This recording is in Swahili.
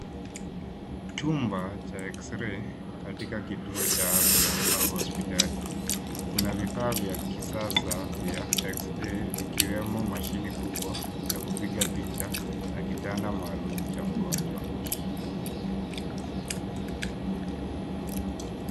Chumba cha X-ray katika kituo cha afya au hospitali. Kuna vifaa vya kisasa vya X-ray vikiwemo mashini kubwa ya kupiga picha na kitanda maalum cha mgonjwa.